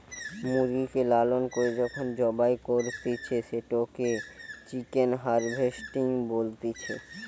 মুরগিকে লালন করে যখন জবাই করতিছে, সেটোকে চিকেন হার্ভেস্টিং বলতিছে